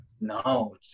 No